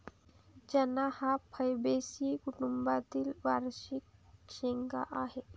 चणा हा फैबेसी कुटुंबातील वार्षिक शेंगा आहे